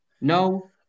No